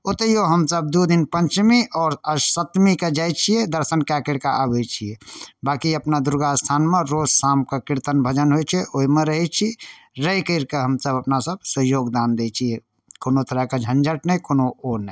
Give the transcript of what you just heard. ओतेहो हमसब दू दिन पंचमी आओर अष्टमी सप्तमी कऽ जाइ छियै दर्शन कए कऽ आबै छियै बाकी अपना दुर्गा स्थानमे रोज शाम कऽ कीर्तन भजन होइ छै ओहिमे रहै छी रहि करके हमसब अपना सब सहयोग दान दै छियै कोनो तरह के झंझट नहि कोनो ओ नहि